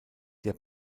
der